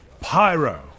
Pyro